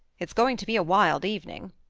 it's going to be a wild evening.